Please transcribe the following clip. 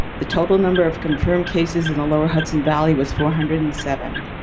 the total number of confirmed cases in the lower hudson valley was four hundred and seven.